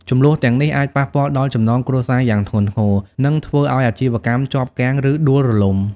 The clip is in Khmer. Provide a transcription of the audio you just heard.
ជម្លោះទាំងនេះ អាចប៉ះពាល់ដល់ចំណងគ្រួសារយ៉ាងធ្ងន់ធ្ងរ និងធ្វើឲ្យអាជីវកម្មជាប់គាំង ឬដួលរលំ។